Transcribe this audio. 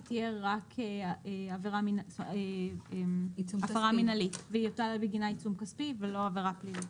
תהיה רק הפרה מינהלית ובגינה יוטל עיצום כספי ולא עבירה פלילית.